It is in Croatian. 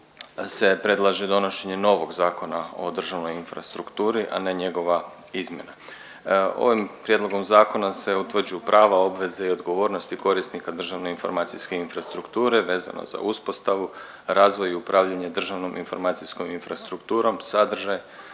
se predlaže donošenje novog zakona o državnoj infrastrukturi, a ne njegova izmjena. Ovim prijedlogom zakona se utvrđuju prava, obveze i odgovornosti korisnika državne informacijske infrastrukture vezano za uspostavu, razvoj i upravljanje državnom informacijskom infrastrukturom, sadržaj,